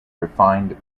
refined